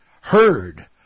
heard